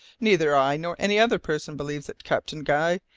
neither i nor any other person believes it, captain guy,